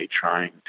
trying